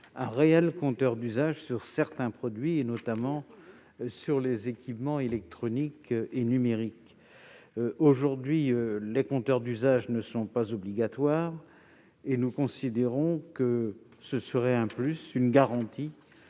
un réel compteur d'usage sur certains produits, notamment sur les équipements électroniques et numériques. Aujourd'hui, les compteurs d'usage ne sont pas obligatoires. Nous considérons que ce serait un plus, une garantie,